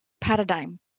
paradigm